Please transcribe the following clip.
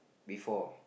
before